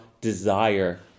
desire